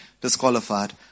disqualified